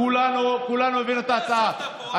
כולנו הבאנו את ההצעה.